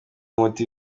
umuti